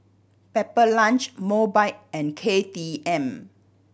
Pepper Lunch Mobike and K T M